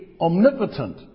omnipotent